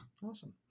awesome